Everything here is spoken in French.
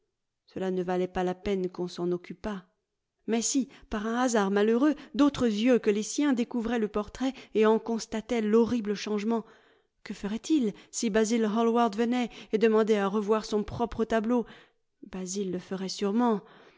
cela ne valait pas la peine qu'on s'en occupât mais si par un hasard malheureux d'autres yeux que les siens découvraient le portrait et en constataient l'horrible changement que ferait-il si basil hallward venait et demandait à revoir son propre tableau basil le ferait sûrement